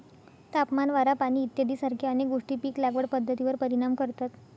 तापमान, वारा, पाणी इत्यादीसारख्या अनेक गोष्टी पीक लागवड पद्धतीवर परिणाम करतात